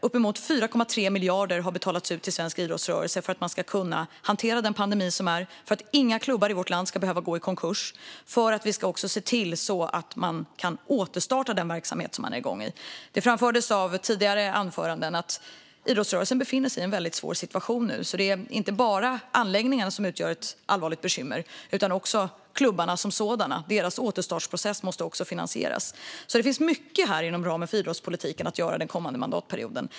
Uppemot 4,3 miljarder har betalats ut till svensk idrottsrörelse för att man ska kunna hantera pandemin, för att inga klubbar i vårt land ska behöva gå i konkurs och för att se till att man kan återstarta sin verksamhet. Det framgick av tidigare anföranden att idrottsrörelsen befinner sig i en väldigt svår situation. Det är inte bara anläggningarna som utgör ett allvarligt bekymmer utan också klubbarna som sådana - deras återstartsprocess måste också finansieras. Det finns alltså mycket att göra inom ramen för idrottspolitiken den kommande mandatperioden.